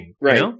right